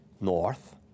north